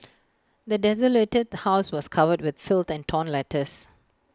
the desolated house was covered with filth than torn letters